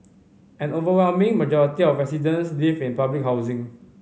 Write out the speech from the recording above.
an overwhelming majority of residents live in public housing